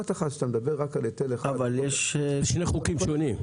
אבל אלה שני חוקים שונים.